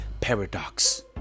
paradox